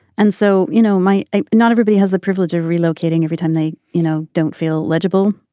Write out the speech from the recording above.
and so you know my not everybody has the privilege of relocating every time they you know don't feel legible.